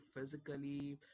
physically